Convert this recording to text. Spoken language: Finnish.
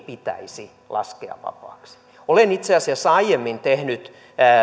pitäisi laskea vapaaksi olen itse asiassa aiemmin tehnyt